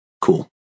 Cool